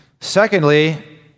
Secondly